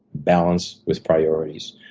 balance with priorities.